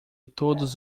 todos